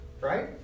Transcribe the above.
right